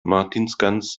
martinsgans